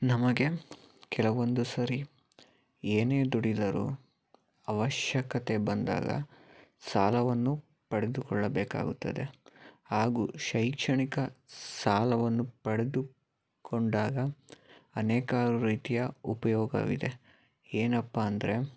ನಮಗೆ ಕೆಲವೊಂದು ಸರಿ ಏನೇ ದುಡಿದರು ಅವಶ್ಯಕತೆ ಬಂದಾಗ ಸಾಲವನ್ನು ಪಡೆದುಕೊಳ್ಳಬೇಕಾಗುತ್ತದೆ ಹಾಗೂ ಶೈಕ್ಷಣಿಕ ಸಾಲವನ್ನು ಪಡೆದು ಕೊಂಡಾಗ ಅನೇಕ ರೀತಿಯ ಉಪಯೋಗವಿದೆ ಏನಪ್ಪ ಅಂದರೆ